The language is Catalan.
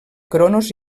cronos